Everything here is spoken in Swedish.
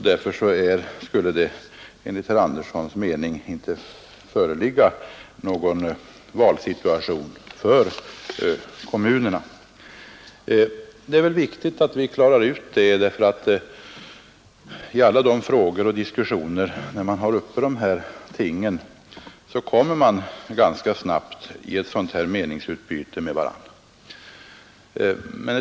Därför skulle det enligt herr Anderssons mening inte föreligga någon valsituation för kommunerna. Det är viktigt att vi klarar ut detta, ty i alla diskussioner om dessa ting kommer man ganska snabbt i ett sådant här meningsutbyte med varann.